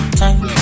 time